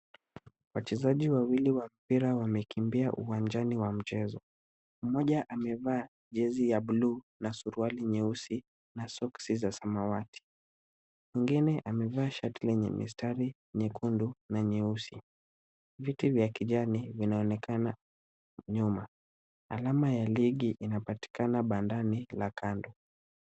Wachezaji wawili wa mpira wamekimbia uwanjani wa mchezo. Mmoja amevaa jezi ya bluu na suruali nyeusi, na soksi za samawati. Mwengine amevaa shati lenye mistari nyekundu na nyeusi. Viti vya kijani vinaonekana nyuma. Alama ya ligi inapatikana bandani la kando.